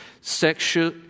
Sexual